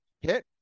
Hit